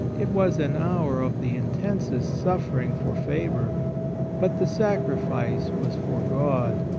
it was an hour of the intensest suffering for faber but the sacrifice was for god,